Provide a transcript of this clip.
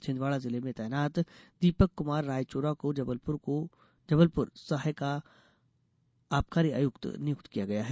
छिन्दवाड़ा जिले में तैनात दीपक कुमार रायचुरा को जबलपुर को सहायका आबकारी आयुक्त नियुक्त किया गया है